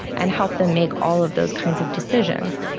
and help them make all of those kinds of decisions.